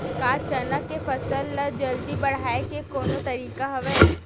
का चना के फसल ल जल्दी बढ़ाये के कोनो तरीका हवय?